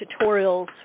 tutorials